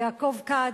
יעקב כץ,